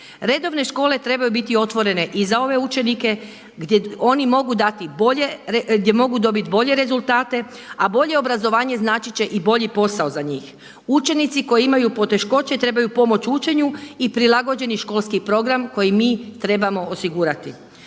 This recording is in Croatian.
Redovne škole trebaju biti otvorene i za ove učenike gdje oni mogu dobiti bolje rezultate, a bolje obrazovanje značit će i bolji posao za njih. Učenici koji imaju poteškoće trebaju pomoć u učenju i prilagođeni školski program koji mi trebamo osigurati.